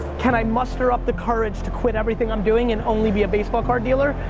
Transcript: can i muster up the courage to quit everything i'm doing and only be a baseball card dealer?